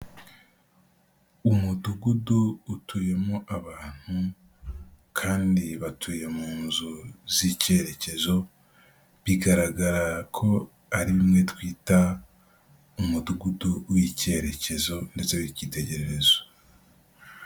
Umudugudu utuyemo abantu kandi batuye mu nzu z'icyerekezo, bigaragara ko ari imwe twita umudugudu w'icyerekezo ndetse n'icyitegererezo.